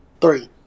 Three